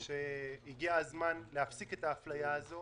אני חושב שהגיע הזמן להפסיק את האפליה הזו.